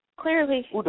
clearly